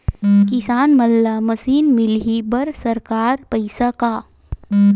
किसान मन ला मशीन मिलही बर सरकार पईसा का?